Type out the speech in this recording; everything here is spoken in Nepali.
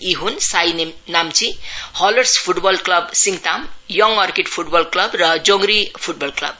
यी हन् Sai Namchi haulers football club Singtam young orchid football club र जोंग्री फूटबल क्लब